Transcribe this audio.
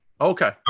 Okay